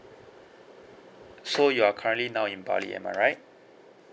so you're currently now in bali am I right